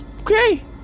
Okay